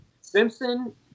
Simpson